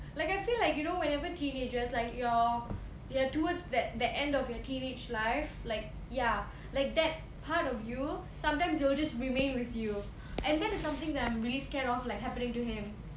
like I feel like you know whenever teenagers like your towards the end of your teenage life like ya like that part of you sometimes it will just remain with you and that is something that I'm really scared of like happening to him